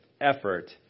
effort